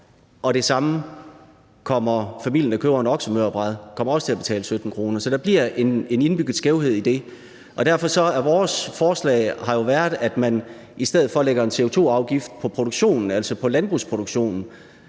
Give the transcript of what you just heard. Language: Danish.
der køber en oksemørbrad, kommer også til at betale 17 kr. i afgift. Så der bliver en indbygget skævhed i det, og derfor har vores forslag været, at man i stedet for lægger en CO2-afgift på produktionen,